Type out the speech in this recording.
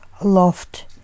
aloft